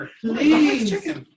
Please